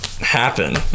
happen